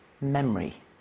memory